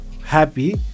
happy